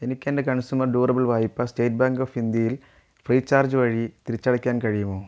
എനിക്ക് എൻ്റെ consumer durable വായ്പ സ്റ്റേറ്റ് ബാങ്ക് ഓഫ് ഇന്ത്യയിൽ ഫ്രീചാർജ് വഴി തിരിച്ചടയ്ക്കാൻ കഴിയുമോ